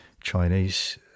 Chinese